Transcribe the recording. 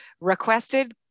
requested